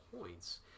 points